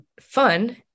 fun